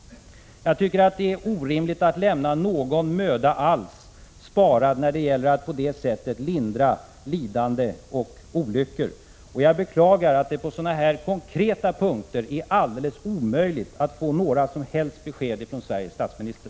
Jag tycker att det är orimligt att lämna någon möda alls sparad när det gäller att lindra lidande och olyckor. Jag beklagar att det på sådana konkreta punkter är alldeles omöjligt att få några som helst besked från Sveriges statsminister.